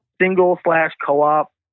single-slash-co-op